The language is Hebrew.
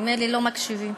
ממילא לא מקשיבים.